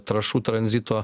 trąšų tranzito